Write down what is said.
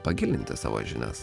pagilinti savo žinias